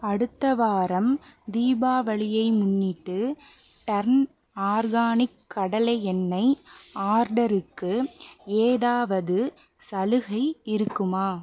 அடுத்த வாரம் தீபாவளியை முன்னிட்டு டர்ன் ஆர்கானிக் கடலை எண்ணெய் ஆர்டருக்கு ஏதாவது சலுகை இருக்குமா